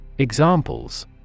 Examples